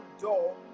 door